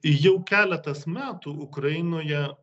jau keletas metų ukrainoje